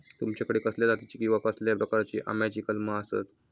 तुमच्याकडे कसल्या जातीची किवा कसल्या प्रकाराची आम्याची कलमा आसत?